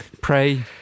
Pray